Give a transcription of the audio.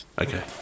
okay